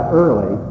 early